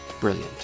Brilliant